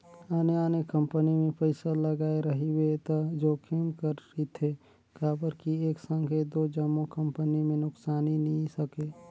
आने आने कंपनी मे पइसा लगाए रहिबे त जोखिम कम रिथे काबर कि एक संघे दो जम्मो कंपनी में नुकसानी नी सके